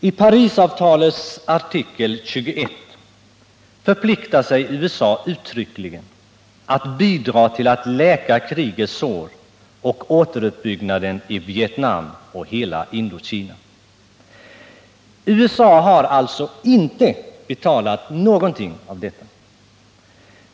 I Parisavtalets artikel 21 förpliktar sig USA uttryckligen att bidra till att läka krigets sår och att hjälpa till att återuppbygga Vietnam och hela Indokina. USA har alltså inte betalat någonting av detta.